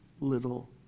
little